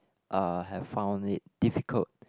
uh have found it difficult